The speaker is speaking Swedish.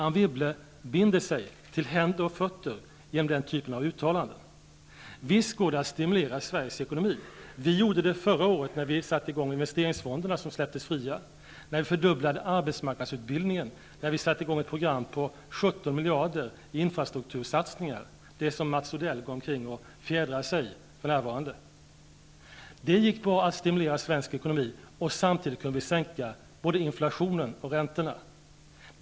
Anne Wibble binder sig till händer och fötter genom den typen av uttalanden. Det går visst att stimulera Sveriges ekonomi. Vi gjorde det förra året när vi satte i gång investeringsfonderna som släpptes fria, när vi fördubblade arbetsmarknadsutbildningen och när vi satte i gång ett program på 17 miljarder i infrastruktursatsningar -- det som Mats Odell går omkring och fjädrar sig i för närvarande. Det gick bra att stimulera svensk ekonomi. Samtidigt kunde vi sänka både inflationen och räntorna.